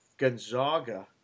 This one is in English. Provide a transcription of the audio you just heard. Gonzaga